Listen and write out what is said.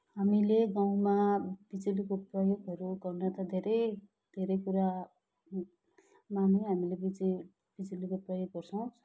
हामीले गाउँमा बिजुलीको प्रयोगहरू गर्नु त धेरै घेरै कुरामा नै हामीले बिजु बिजुलीको प्रयोग गर्छौँ